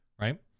right